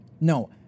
No